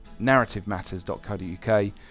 narrativematters.co.uk